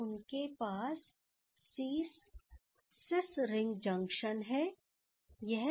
और उनके पास सीस रिंग जंक्शन है